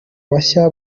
bashya